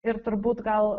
ir turbūt gal